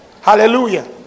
Hallelujah